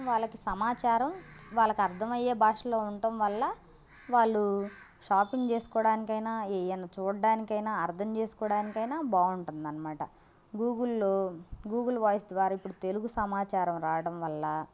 వాళ్ళకి సమాచారం వాళ్ళకి అర్థం అయ్యే భాషలో ఉండటం వల్ల వాళ్ళు షాపింగ్ చేసుకోవడానికి అయినా ఏవైనా చూడడానికి అయినా అర్థం చేసుకోవడానికి అయినా బాగుంటుంది అన్నమాట గూగుల్లో గూగుల్ వాయిస్ ద్వారా ఇప్పుడు తెలుగు సమాచారం రావడం వల్ల